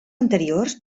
anteriors